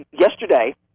yesterday